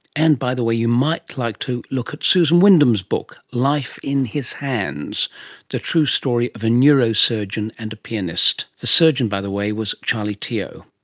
and, by the way, you might like to look at susan wyndam's book, life in his hands the true story of a neurosurgeon and a pianist the surgeon by the way was charlie teo.